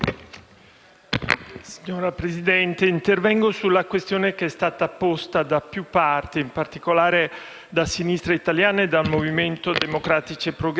Signora Presidente, intervengo sulla questione che è stata posta da più parti, in particolare da Sinistra Italiana e dal Movimento Democratici e Progressisti,